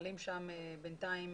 המכלים שם בינתיים